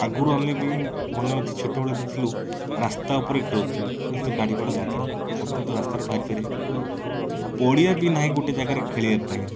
ଆଗରୁ ଆମେ ବି ମନେ ଅଛି ଛୋଟବେଳେ ଯେଉଁଥିଲୁ ରାସ୍ତା ଉପରେ ଖେଳୁଥିଲୁ ସେତେବେଳେ ଗାଡ଼ି ଘୋଡ଼ା ନଥିଲା ବର୍ତ୍ତମାନ ତ ରାସ୍ତାରେ ବାହାରି ପାରିବେନି ପଡ଼ିଆ ବି ନାହିଁ ଗୋଟେ ଜାଗାରେ ଖେଳିବା ପାଇଁ